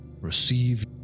receive